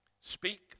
Speak